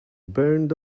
burned